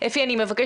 את ההיבט